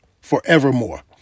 forevermore